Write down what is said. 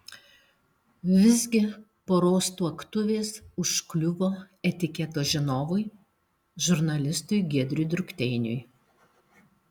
visgi poros tuoktuvės užkliuvo etiketo žinovui žurnalistui giedriui drukteiniui